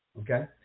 Okay